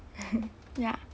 ya